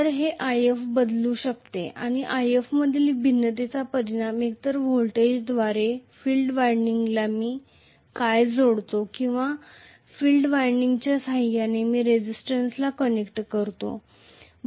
तर हे If बदलू शकते आणि If मधील भिन्नतेचा परिणाम एकतर व्होल्टेजद्वारे फील्ड वायंडिंगला मी काय जोडतो किंवा फील्ड वायंडिंगच्या सहाय्याने मी रेझिस्टन्सला कनेक्ट करतो